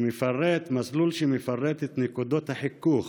מסלול שמפרט את נקודות החיכוך